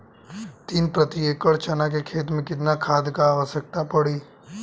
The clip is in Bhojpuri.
तीन प्रति एकड़ चना के खेत मे कितना खाद क आवश्यकता पड़ी?